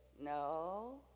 no